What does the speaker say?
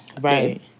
right